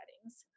settings